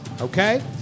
Okay